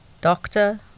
Doctor